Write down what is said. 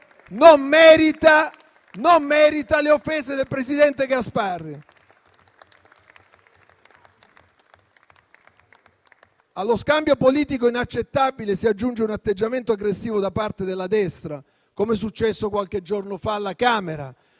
non merita le offese del presidente Gasparri. Allo scambio politico inaccettabile si aggiunge un atteggiamento aggressivo da parte della destra, come è accaduto qualche giorno fa alla Camera,